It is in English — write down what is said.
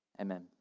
amen